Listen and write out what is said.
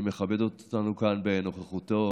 שמכבד אותנו כאן בנוכחותו,